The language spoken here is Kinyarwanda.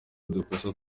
udukosa